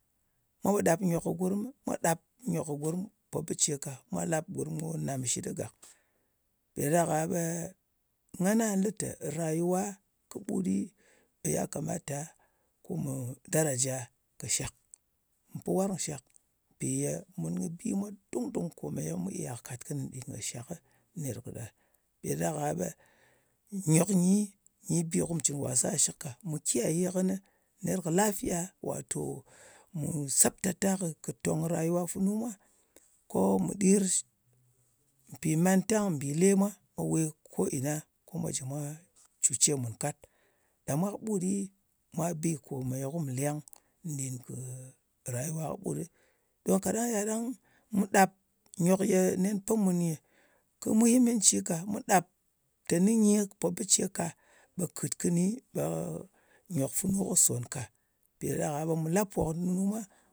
Mwa pò ɗap kɨ nyok kɨ gurm. Mwa ɗap nyok kɨ gurm pò bɨ ce ka. Mwa lap gurm ko namshit ɗɨ gàk. Mpì ɗa ɗak-a ɓe ngan lɨ tē rayuwa kɨɓut ɗi, ɓe ya kamata ko mù daraja kɨ shàk. Mu pɨ warng nshàk, mpì ye mun kɨ bi mwa dung-dung kò ye mu iya kat kɨnɨ dɨr shak ner kɨ ɗa. Mpì ɗa ɗak-a ɓe nyok nyi bi kùm cɨn wasa shɨk ka. Mù kiyaye kɨnɨ ner kɨ lafiya, wato mù sabtata kɨ tòng rayuwa funu mwa, ko mù ɗir, mpì mantang mbìle mwa mwa we ko ina ko mwà jɨ mwa cùce mùn kat. Ɗa mwa kɨɓut ɗɨ, mwa bi kòmèye ko mù leng nɗin kɨ rayuwa kɨɓut ɗɨ. To, kaɗang mu ya ɗang mu ɗap nyòk ne ye nen pɨ mùn nyɨ kɨ muhimanci ka. Mu ɗap teni nyɨ pò bɨ ce ka ɓe kɨt kɨni, ɓe nyok funu kɨ̀ sòn ka. Mpì ɗa ɗak-a ɓe mù la pò kɨ nunu mwa,